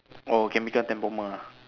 oh chemical temp former ah